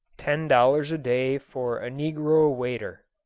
ten dollars a day for a negro waiter